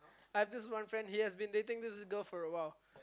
I have this one friend he has been dating this girl for a while